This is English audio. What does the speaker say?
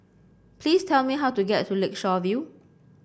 please tell me how to get to Lakeshore View